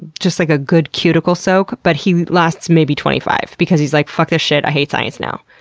just like a good cuticle soak, but he lasts maybe twenty five, because he's like, fuck this shit, i hate science now.